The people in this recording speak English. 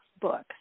book